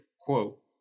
quote